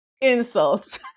insults